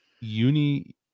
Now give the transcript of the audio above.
uni